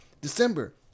December